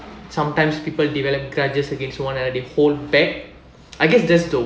sometimes people develop grudges against one another they hold back I guess that's the